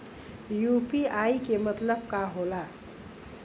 UPI के मतलब का होला?